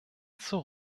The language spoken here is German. zur